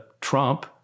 Trump